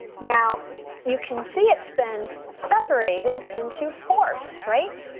now you can see it's been separated into fourths, right?